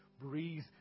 breathe